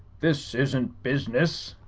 this isn't business,